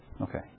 Okay